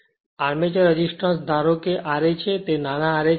અને armature resistor એટલે કે તે ra છે નાના ra છે